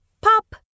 Pop